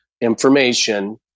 information